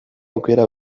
aukera